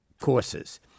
courses